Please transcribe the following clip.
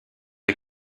est